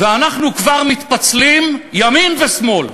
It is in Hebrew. ואנחנו כבר מתפצלים, ימין ושמאל.